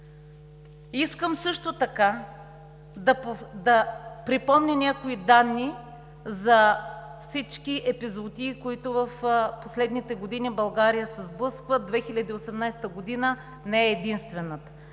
Искам също така да припомня някои данни за всички епизоотии, с които в последните години България се сблъсква, 2018 г. не е единствената: